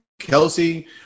Kelsey